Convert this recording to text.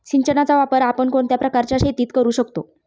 सिंचनाचा वापर आपण कोणत्या प्रकारच्या शेतीत करू शकतो?